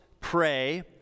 pray